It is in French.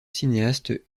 cinéaste